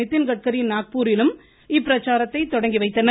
நிதின்கட்கரி நாக்பூரிலும் இப்பிரச்சாரத்தை தொடங்கி வைக்கின்றனர்